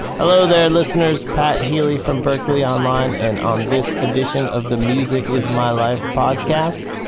hello there listeners, pat healy from berklee online and on this edition of the music is my life podcast,